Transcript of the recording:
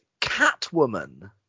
Catwoman